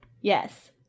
Yes